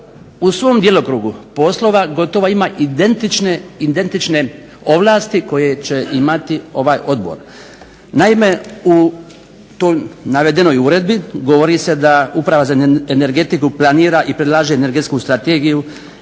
u svom djelokrugu poslova gotovo ima identične ovlasti koje će imati ovaj Odbor. Naime, u toj navedenoj uredbi govori se da Uprava za energetiku planira i predlaže energetsku strategiju